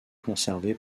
conservé